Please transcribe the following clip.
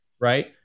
right